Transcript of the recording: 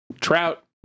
Trout